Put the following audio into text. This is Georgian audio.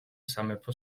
სამეფო